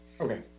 okay